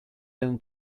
than